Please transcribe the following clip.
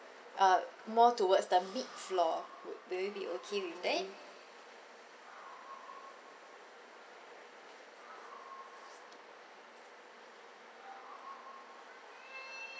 uh more towards the mid floor wo~ will it be okay with that